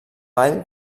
ball